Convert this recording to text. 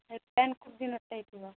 ସେଥିପାଇଁ ଦିନଟେ ହେଇଯିବ